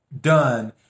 done